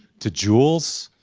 to jules,